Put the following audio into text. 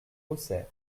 auxerre